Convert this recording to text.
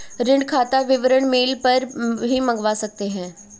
ऋण खाता विवरण मेल पर भी मंगवा सकते है